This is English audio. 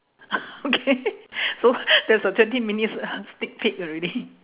okay so that's a twenty minutes uh sneak peak already